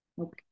Okay